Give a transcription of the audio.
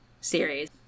series